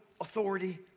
authority